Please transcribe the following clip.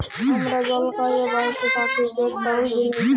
আমরা জল খাঁইয়ে বাঁইচে থ্যাকি যেট তরল জিলিস